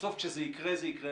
הזה יתקיים